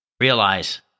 Realize